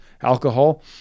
alcohol